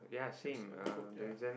seems coat ya